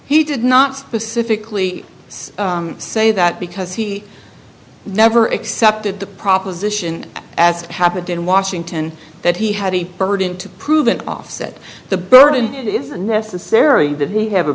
he did not specifically say that because he never accepted the proposition as happened in washington that he had a burden to prove an offset the burden is necessary that he have a